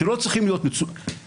שלא צריכים להיות מוצגים,